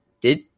Did-